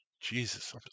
Jesus